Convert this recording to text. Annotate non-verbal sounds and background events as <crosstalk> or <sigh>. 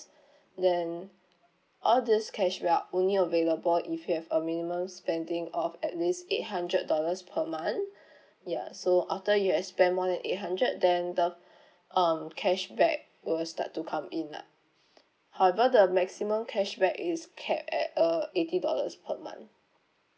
<breath> then all these cash only available if you have a minimum spending of at least eight hundred dollars per month <breath> ya so after you have spent more than eight hundred then the <breath> um cashback will start to come in lah <breath> however the maximum cashback is capped at uh eighty dollars per month